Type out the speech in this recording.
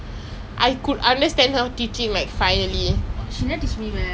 oh my god do you know like everytime in tamil class I will just sleep leh